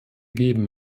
geben